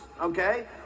okay